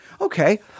Okay